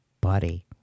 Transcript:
buddy